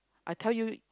I tell you